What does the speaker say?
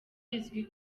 bizwi